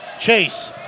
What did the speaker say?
Chase